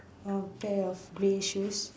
a pair of grey shoes